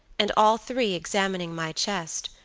and all three examining my chest,